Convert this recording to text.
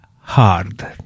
hard